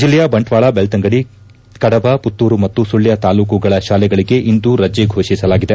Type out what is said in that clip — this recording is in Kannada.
ಜಿಲ್ಲೆಯ ಬಂಟ್ವಾಳ ಬೆಳ್ತಂಗಡಿ ಕಡಬ ಪುತ್ತೂರು ಮತ್ತು ಸುಳ್ಹ ತಾಲೂಕುಗಳ ಶಾಲೆಗಳಿಗೆ ಇಂದು ರಜೆ ಘೋಷಿಸಲಾಗಿದೆ